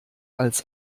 als